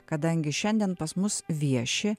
kadangi šiandien pas mus vieši